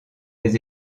les